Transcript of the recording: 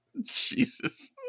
Jesus